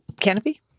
canopy